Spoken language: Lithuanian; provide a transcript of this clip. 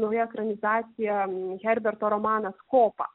nauja ekranizacija herberto romanas kopa